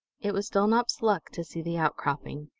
it was dulnop's luck to see the outcropping.